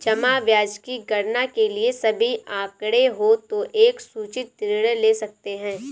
जमा ब्याज की गणना के लिए सभी आंकड़े हों तो एक सूचित निर्णय ले सकते हैं